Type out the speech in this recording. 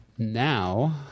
Now